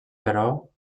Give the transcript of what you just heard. però